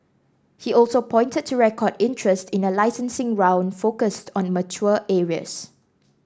he also pointed to record interest in a licensing round focused on mature areas